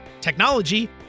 technology